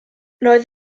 roedd